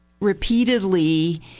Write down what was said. repeatedly